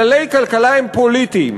כללי כלכלה הם פוליטיים.